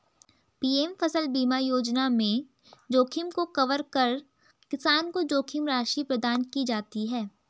PM फसल बीमा योजना में जोखिम को कवर कर किसान को जोखिम राशि प्रदान की जाती है